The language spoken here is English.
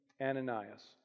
Ananias